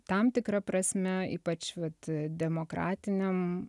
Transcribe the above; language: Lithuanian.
tam tikra prasme ypač vat demokratiniam